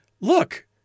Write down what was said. look